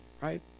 right